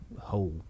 hole